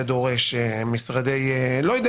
זה דורש משרדי וכולי,